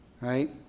right